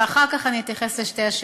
ואחר כך אני אתייחס לשתי השאלות.